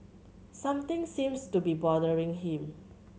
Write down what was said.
something seems to be bothering him